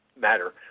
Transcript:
matter